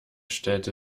stellte